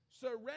Surrender